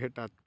भेटत?